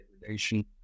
degradation